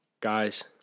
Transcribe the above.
guys